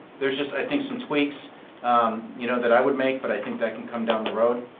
there's just, i think, some tweaks um you know that i would make, but i think that can come down the road,